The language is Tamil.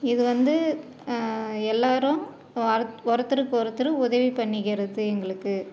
இது வந்து எல்லாேரும் ஒர் ஒருத்தருக்கு ஒருத்தர் உதவி பண்ணிக்கிறது எங்களுக்கு